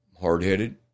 hard-headed